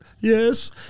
Yes